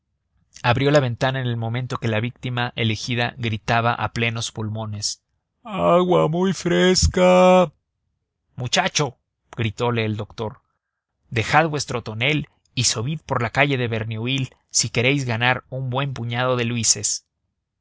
abrió la ventana en el momento en que la víctima elegida gritaba a plenos pulmones agua muy fresca muchacho gritole el doctor dejad vuestro tonel y subid por la calle de verneuil si queréis ganar un buen puñado de luises